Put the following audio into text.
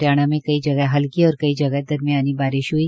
हरियाणा में कई जगह हल्की और कई जगह दरमियानी बारिश हई